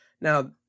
Now